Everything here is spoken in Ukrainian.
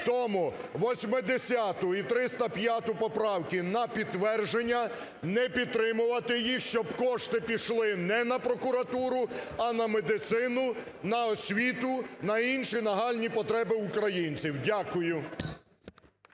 Тому 80-у і 305-у поправки на підтвердження, не підтримувати їх, щоб кошти пішли не на прокуратуру, а на медицину, на освіту, на інші нагальні потреби українців. Дякую.